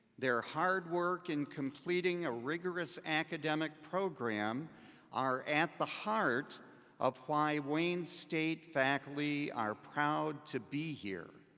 their hard work in completing a rigorous academic program are at the heart of why wayne state faculty are proud to be here.